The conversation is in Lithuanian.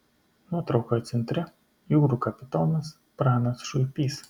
nuotraukoje centre jūrų kapitonas pranas šuipys